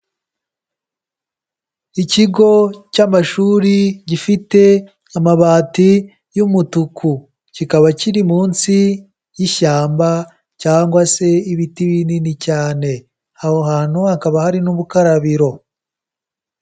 Ikigo cy'amashuri gifite amabati y'umutuku, kikaba kiri munsi y'ishyamba cyangwa se ibiti binini cyane, aho hantu hakaba hari n'ubukarabiro.